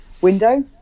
window